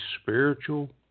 spiritual